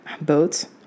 Boats